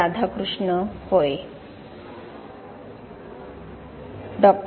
राधाकृष्ण होय डॉ